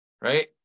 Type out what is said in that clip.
right